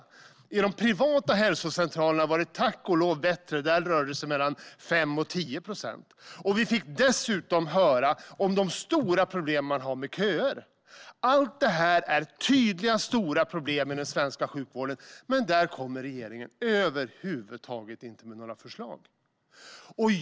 På de privata hälsocentralerna är det tack och lov bättre - där rör det sig om mellan 5 och 10 procent. Vi fick dessutom höra om de stora problem man har med köer. Allt det här är tydliga, stora problem i den svenska sjukvården, men här kommer regeringen över huvud taget inte med några förslag.